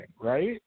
right